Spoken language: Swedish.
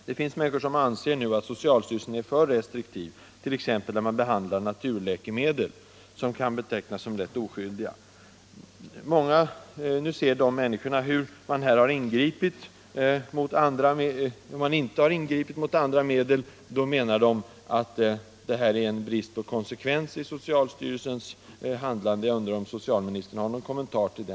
Det finns människor som anser att socialstyrelsen är för restriktiv, t.ex. i sin behandling av naturläkemedel som kan betecknas som rätt oskyldiga. Nu ser de att socialstyrelsen inte har ingripit mot andra medel, och de menar då att det är en brist på konsekvens i socialstyrelsens handlande.